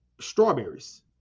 strawberries